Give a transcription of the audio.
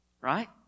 Right